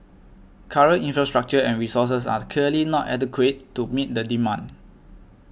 current infrastructure and resources are clearly not adequate to meet the demand